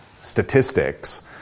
statistics